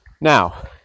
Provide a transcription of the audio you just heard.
Now